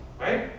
right